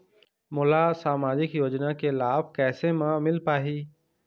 मोला सामाजिक योजना के लाभ कैसे म मिल पाही?